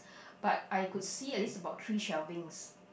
but I could see at least about three shelvings